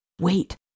Wait